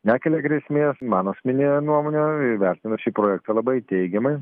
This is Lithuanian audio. nekelia grėsmės mano asmenine nuomone vertinu šį projektą labai teigiamai